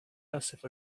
passive